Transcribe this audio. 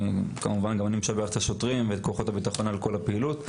אני משבח את השוטרים ואת כוחות הביטחון על כל הפעילות.